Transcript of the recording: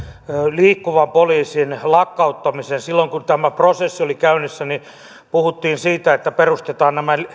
liikkuvan poliisin lakkauttamiseen silloin kun tämä prosessi oli käynnissä puhuttiin siitä että perustetaan nämä